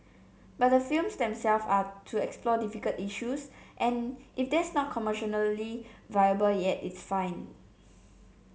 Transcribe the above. but the films themselves are to explore difficult issues and if that's not commercially viable yet it's fine